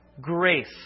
Grace